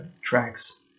tracks